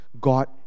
God